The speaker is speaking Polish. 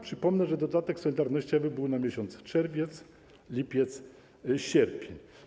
Przypomnę, że dodatek solidarnościowy był na miesiące: czerwiec, lipiec i sierpień.